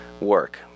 work